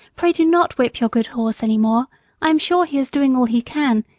pray do not whip your good horse any more i am sure he is doing all he can,